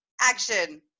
Action